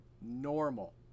normal